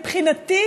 מבחינתי